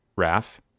Raf